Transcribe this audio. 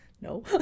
no